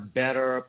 better